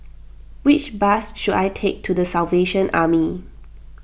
which bus should I take to the Salvation Army